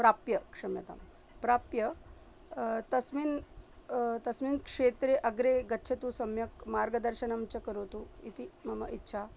प्राप्य क्षम्यतां प्राप्य तस्मिन् तस्मिन् क्षेत्रे अग्रे गच्छतु सम्यक् मार्गदर्शनं च करोतु इति मम इच्छा